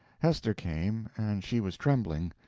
hester came, and she was trembling,